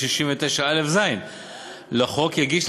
התשע"ו 2016. יציג את